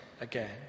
again